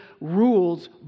rules